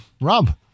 rob